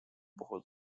puhul